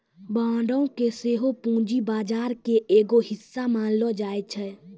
बांडो के सेहो पूंजी बजार के एगो हिस्सा मानलो जाय छै